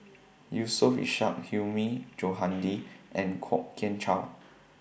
Yusof Ishak Hilmi Johandi and Kwok Kian Chow